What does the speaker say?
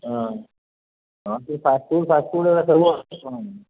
ହଁ ହଁ ସେ ଫାଷ୍ଟ୍ ଫୁଡ଼୍ ଫାଷ୍ଟ୍ ଫୁଡ଼୍